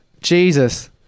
Jesus